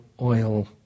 oil